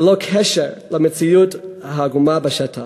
ללא קשר למציאות העגומה בשטח,